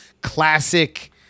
classic